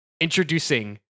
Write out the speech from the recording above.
Introducing